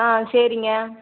ஆ சரிங்க